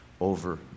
over